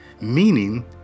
meaning